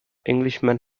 englishman